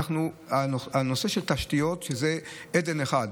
והנושא של תשתיות זה אדן אחד,